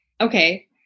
okay